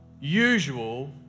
usual